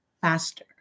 faster